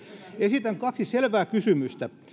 esitän kaksi selvää kysymystä